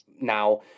now